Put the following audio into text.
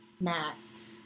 Max